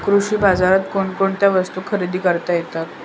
कृषी बाजारात कोणकोणत्या वस्तू खरेदी करता येतात